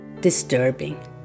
disturbing